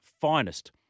finest